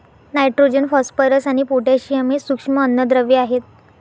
nitrogen, phosphorus आणि potassium हे सूक्ष्म अन्नद्रव्ये आहेत